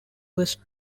was